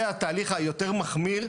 זה התהליך היותר מחמיר,